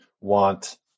want